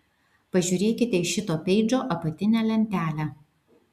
pažiūrėkite į šito peidžo apatinę lentelę